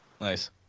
nice